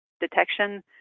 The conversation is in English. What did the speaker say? detection